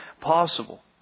possible